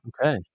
Okay